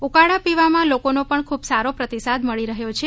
ઉકાળા પીવામાં લોકોનો પણ ખૂબ સારો પ્રતિસાદ મળી રહ્યો છે